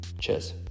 Cheers